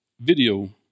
video